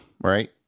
right